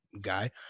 guy